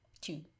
Two